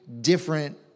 different